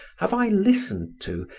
have i listened to,